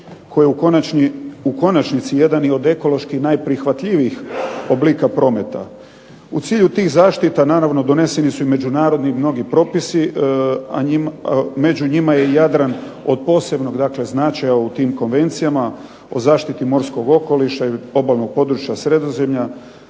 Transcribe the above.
koje je u konačnici jedan i od ekološki najprihvatljivijih oblika prometa. U cilju tih zaštita naravno doneseni su i međunarodni i mnogi propisi, a među njima je i Jadran od posebnog dakle značaja u tim konvencijama o zaštiti morskog okoliša i obalnog područja Sredozemlja,